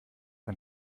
ein